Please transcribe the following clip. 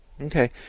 okay